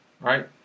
right